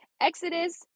Exodus